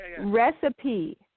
recipe